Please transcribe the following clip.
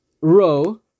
row